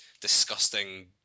disgusting